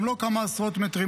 גם לא כמה עשרות מטרים,